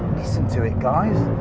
listen to it, guys.